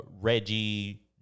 Reggie